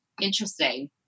Interesting